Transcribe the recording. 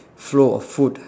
flow of food